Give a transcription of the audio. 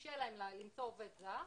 קשה למצוא עובד זר.